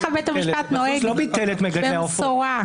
מזוז לא ביטל את מגדלי העופות.